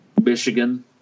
Michigan